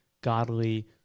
godly